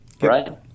right